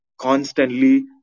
constantly